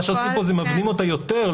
מה שעושים פה זה מבנים אותה יותר,